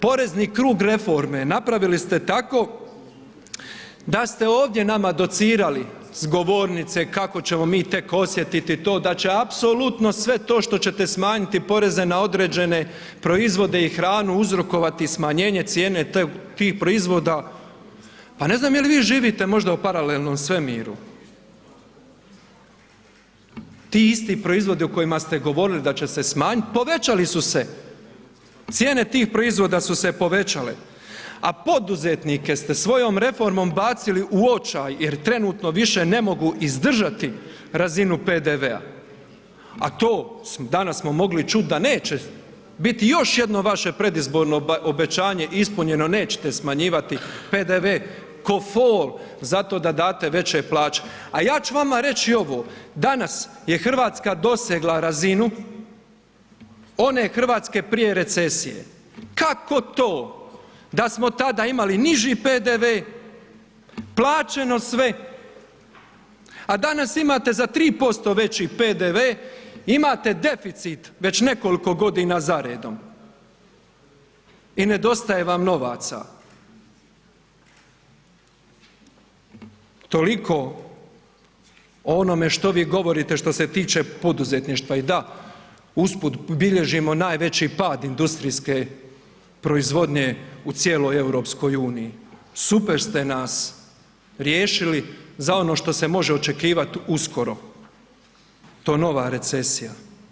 Porezni krug reforme napravili ste tako da ste ovdje nama docirali s govornice kako ćemo mi tek osjetiti to da će apsolutno sve to što ćete smanjiti poreze na određene proizvode i hranu prouzrokovati smanjenje cijene tih proizvoda, pa ne znam je li vi živite možda u paralelnom svemiru, ti isti proizvodi o kojima ste govorili da će se smanjit, povećali su se, cijene tih proizvoda su se povećale, a poduzetnike ste svojom reformom bacili u očaj jer trenutno više ne mogu izdržati razinu PDV-a, a to danas smo mogli čut da neće biti još jedno vaše predizborno obećanje ispunjeno nećete smanjivati PDV ko fol zato da date veće plaće, a ja ću vama reć i ovo, danas je RH dosegla razinu one RH prije recesije, kako to da smo tada imali niži PDV, plaćeno sve, a danas imate za 3% veći PDV, imate deficit već nekoliko godina za redom i nedostaje vam novaca, toliko o onome što vi govorite što se tiče poduzetništva i da usput bilježimo najveći pad industrijske proizvodnje u cijeloj EU, super ste nas riješili za ono što se može očekivat uskoro, to nova recesija.